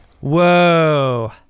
Whoa